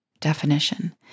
Definition